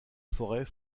forêt